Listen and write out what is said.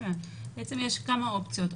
בעצם יש כמה אופציות.